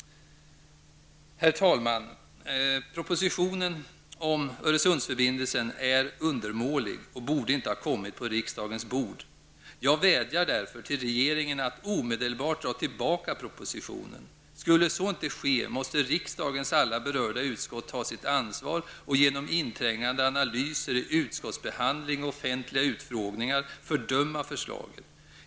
Herr talman! Propositionen om Öresundsförbindelsen är undermålig och borde inte ha kommit på riksdagens bord. Jag vädjar därför till regeringen att omedelbart dra tillbaka propositionen. Skulle så inte ske måste riksdagens alla berörda utskott ta sitt ansvar och genom inträngande analyser i utskottsbehandling och offentliga utfrågningar fördöma förslaget.